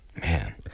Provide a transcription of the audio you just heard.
Man